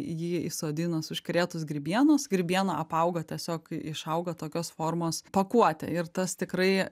jį įsodinus užkrėtus grybienos grybiena apauga tiesiog išauga tokios formos pakuotė ir tas tikrai